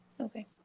Okay